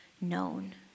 known